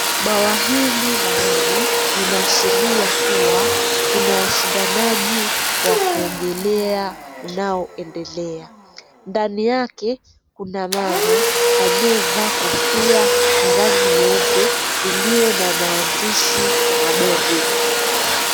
Bwawa hili la maji linaashiria kuwa kuna ushindanaji wa kuogelea unaoendelea. Ndani yake kuna mama aliyevaa kofia ya rangi nyeupe ilio na maandishi madogo.